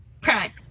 prime